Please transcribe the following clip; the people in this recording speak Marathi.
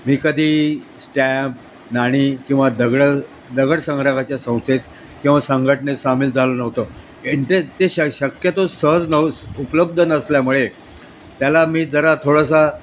मी कधी स्टॅम्प नाणी किंवा दगडं दगड संग्रकाच्या संस्थेत किंवा संघटने सामील झालो नव्हतो एन ते श शक्यतो सहज नव उपलब्ध नसल्यामुळे त्याला मी जरा थोडासा